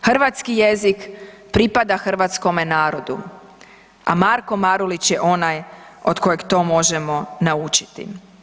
Hrvatski jezik pripada hrvatskome narodu, a Marko Marulić je onaj od kojeg to možemo naučiti.